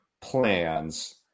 plans